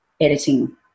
editing